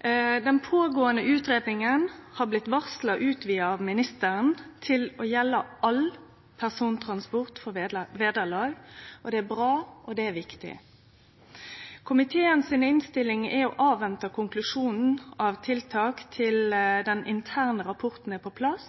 Den pågåande utgreiinga har blitt varsla utvida av ministeren til å gjelde all persontransport mot vederlag. Det er bra, og det er viktig. Komiteen si innstilling er å avvente konklusjonen når det gjeld tiltak, til den interne rapporten er på plass,